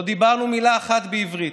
לא דיברנו מילה אחת בעברית.